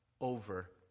over